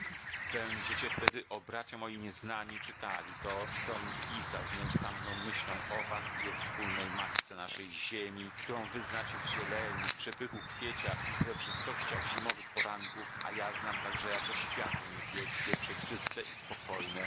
będziecie wtedy o bracia moi nieznani czytali to com pisał z nieustanną myślą o was i o wspólnej matce naszej ziemi którą wy znacie w zieleni w przepychu kwiecia i srebrzystościach zimowych poranków a ja znam także jako światło niebieskie przeczyste i spokojne